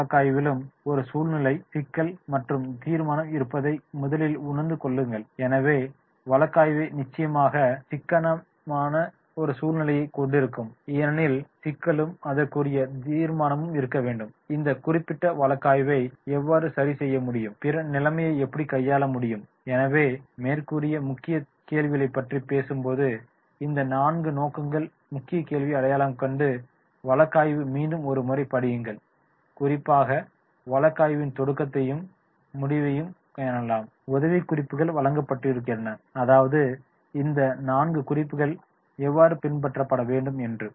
ஒவ்வொரு வழக்காய்விலும் ஒரு சூழ்நிலை சிக்கல் மற்றும் தீர்மானம் இருப்பதை முதலில் உணர்ந்து கொள்ளுங்கள் எனவே வழக்காய்வு நிச்சயமாக சிக்கலான ஒரு சூழ்நிலையைக் கொண்டிருக்கும் ஏனெனில் சிக்கலும் அதற்குரிய தீர்மானமும் இருக்க வேண்டும் இந்த குறிப்பிட்ட வழக்காய்வை எவ்வாறு சரி செய்ய முடியும் பிறகு நிலைமையை எப்படி கையாள முடியும் எனவே மேற்குறிய முக்கிய கேள்விகளைப் பற்றி பேசும்போது இந்த 4 நோக்கங்கள் முக்கிய கேள்வியை அடையாளம் காணும் வழக்காய்வை மீண்டும் ஒருமுறை படியுங்கள் குறிப்பாக வழக்காய்வின் தொடக்கத்தையும் முடிவையும் கவனமாகப் படியுங்கள் உதவிக்குறிப்புகள் வழங்கப்பட்டுயிருக்கின்றன அதாவது இந்த 4 குறிப்புகள் எவ்வாறு பின்பற்றப்பட வேண்டும் என்று